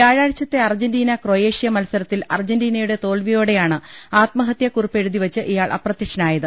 വ്യാഴാ ഴ്ചത്തെ Argentina Croatia മത്സരത്തിൽ അർജന്റീനയുടെ തോൽവിയോടെയാണ് ആത്മഹത്യാ കുറിപ്പ് എഴുതിവെച്ച് ഇയാൾ അപ്ര തൃക്ഷനായത്